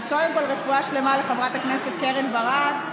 אז קודם כול רפואה שלמה לחברת הכנסת קרן ברק.